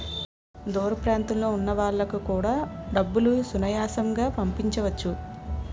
దూర ప్రాంతంలో ఉన్న వాళ్లకు కూడా డబ్బులు సునాయాసంగా పంపించవచ్చు